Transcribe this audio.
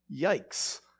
yikes